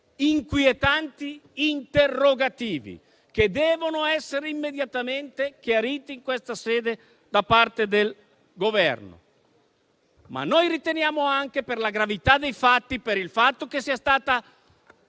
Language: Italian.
inquietanti interrogativi che devono essere immediatamente chiariti in questa sede da parte del Governo. Riteniamo anche, per la gravità dei fatti, per il fatto che sia stato